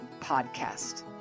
Podcast